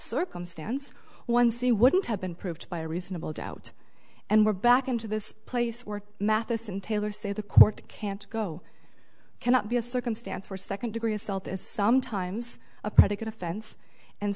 circumstance one see wouldn't have been proved by a reasonable doubt and we're back into this place or matheson taylor say the court can't go cannot be a circumstance where second degree assault is sometimes a predicate offense and